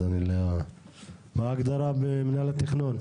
מה ההגדרה במינהל התכנון?